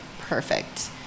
perfect